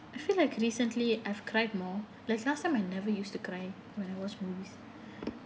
I feel like recently I've cried more like last time I never used to cry when I watch movies